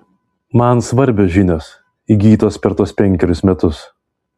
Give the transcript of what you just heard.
man svarbios žinios įgytos per tuos penkerius metus